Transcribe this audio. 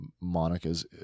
Monica's